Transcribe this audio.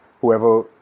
whoever